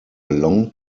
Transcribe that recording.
long